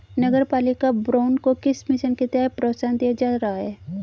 नगरपालिका बॉन्ड को किस मिशन के तहत प्रोत्साहन दिया जा रहा है?